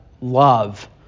love